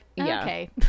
okay